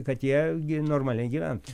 kad jie gi normaliai gyventų